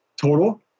total